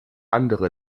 andere